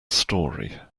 story